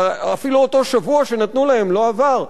אפילו אותו שבוע שנתנו להם לא עבר,